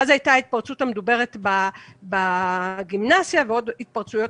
ואז הייתה ההתפרצות המדוברת בגימנסיה ועוד התפרצויות